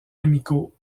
amicaux